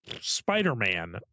Spider-Man